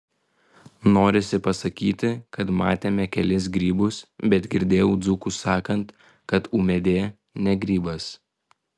norisi pasakyti kad matėme kelis grybus bet girdėjau dzūkus sakant kad ūmėdė ne grybas